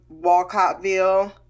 Walcottville